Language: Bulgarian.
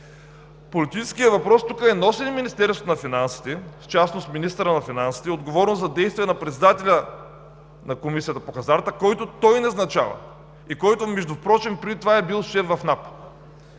Политическият въпрос тук е: носи ли Министерството на финансите, в частност министърът на финансите, отговорност за действията на председателя на Комисията по хазарта, когото той назначава и който впрочем преди това е бил шеф в